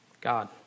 God